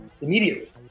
immediately